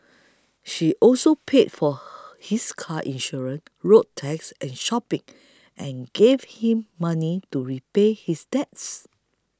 she also paid for his car insurance road tax and shopping and gave him money to repay his debts